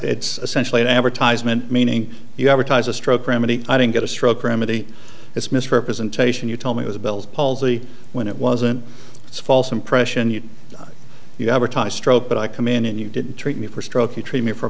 it's essentially an advertisement meaning you advertise a stroke remedy i didn't get a stroke remedy it's misrepresentation you told me was a bell's palsy when it wasn't a false impression you you have a type of stroke but i come in and you didn't treat me for stroke you treat me for